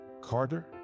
Carter